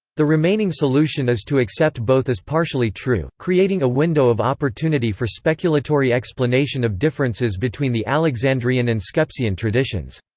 the remaining solution is to accept both as partially true, creating a window of opportunity for speculatory explanation of differences between the alexandrian and skepsian traditions.